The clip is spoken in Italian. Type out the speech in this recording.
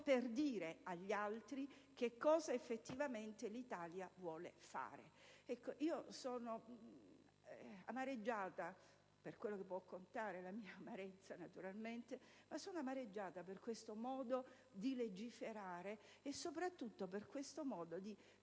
per dire agli altri cosa effettivamente l'Italia vuole fare. Io sono amareggiata, per quello che può contare la mia amarezza, per questo modo di legiferare e, soprattutto, per questo modo di